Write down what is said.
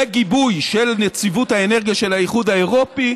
בגיבוי של נציבות האנרגיה של האיחוד האירופי,